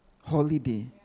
holiday